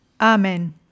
Amen